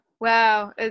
Wow